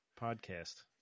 podcast